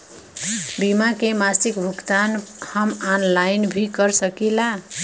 बीमा के मासिक भुगतान हम ऑनलाइन भी कर सकीला?